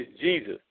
Jesus